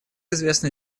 известно